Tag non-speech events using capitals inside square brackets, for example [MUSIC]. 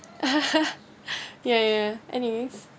[LAUGHS] ya ya anyways